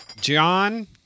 John